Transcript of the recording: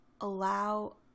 allow